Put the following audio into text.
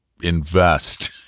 invest